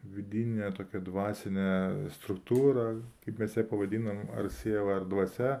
vidinę tokią dvasinę struktūrą kaip mes ją pavadinam ar siela ar dvasia